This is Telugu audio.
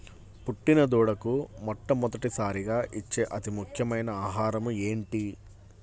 పుట్టిన దూడకు మొట్టమొదటిసారిగా ఇచ్చే అతి ముఖ్యమైన ఆహారము ఏంటి?